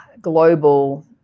global